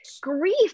grief